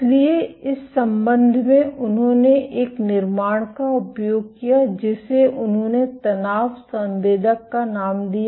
इसलिए इस संबंध में उन्होंने एक निर्माण का उपयोग किया जिसे उन्होंने तनाव संवेदक का नाम दिया